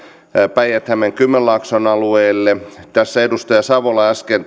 päijät hämeen kymenlaakson alueelle edustaja savola äsken